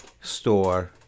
store